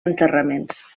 enterraments